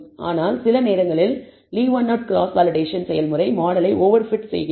ஆனால் சில நேரங்களில் leave one out cross validation செயல்முறை மாடலை ஓவர்பிட் செய்கிறது